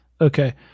Okay